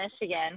Michigan